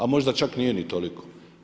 A možda čak nije ni toliko.